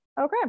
Okay